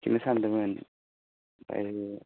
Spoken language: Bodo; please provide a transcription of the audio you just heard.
बेखौनो सानदोंमोन ओमफाय